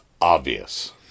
obvious